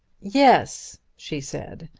yes, she said,